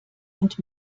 und